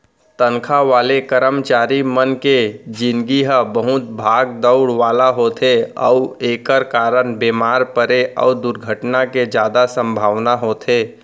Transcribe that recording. तनखा वाले करमचारी मन के निजगी ह बहुत भाग दउड़ वाला होथे अउ एकर कारन बेमार परे अउ दुरघटना के जादा संभावना होथे